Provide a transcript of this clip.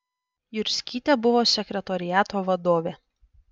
jurskytė buvo sekretoriato vadovė